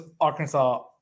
Arkansas